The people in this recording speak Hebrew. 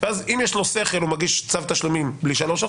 ואז אם יש לו שכל הוא מגיש צו תשלומים בלי 3%,